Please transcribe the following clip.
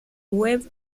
web